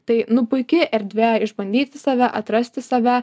tai nu puiki erdvė išbandyti save atrasti save